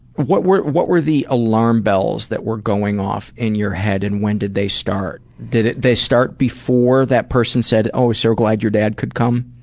what were what were the alarm bells that were going off in your head, and when did they start? did they start before that person said, oh so glad your dad could come?